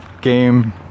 game